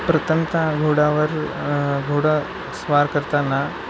प्रथमतः घोड्यावर घोडेस्वारी करताना